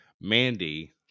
Mandy